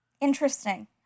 Interesting